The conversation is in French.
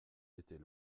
était